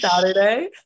Saturday